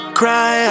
cry